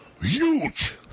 huge